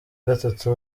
gatatu